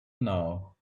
now